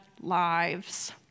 lives